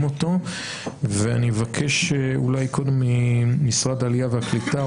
אותו ואני אבקש אולי קודם ממשרד העלייה והקליטה,